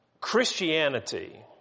Christianity